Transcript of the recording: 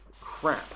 crap